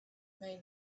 may